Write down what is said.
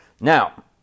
Now